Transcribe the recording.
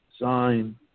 sign